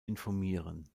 informieren